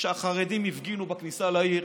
כשהחרדים הפגינו בכניסה לעיר,